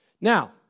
Now